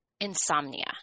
insomnia